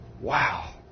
Wow